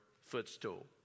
footstool